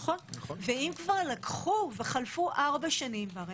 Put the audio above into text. ואם כבר לקחו וחלפו ארבע שנים והרי